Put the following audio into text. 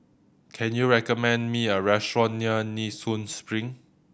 can you recommend me a restaurant near Nee Soon Spring